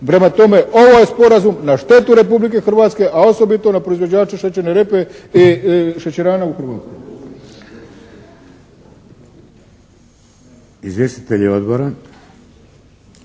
Prema tome, ovo je sporazum na štetu Republike Hrvatske, a osobito na proizvođače šećerne repe i šećerana u Hrvatskoj. **Šeks, Vladimir